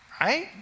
right